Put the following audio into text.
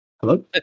Hello